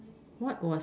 what was